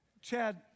Chad